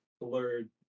blurred